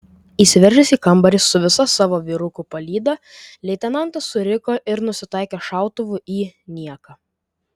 įsiveržęs į kambarį su visa savo vyrukų palyda leitenantas suriko ir nusitaikė šautuvu į nieką